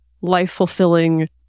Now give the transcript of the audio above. life-fulfilling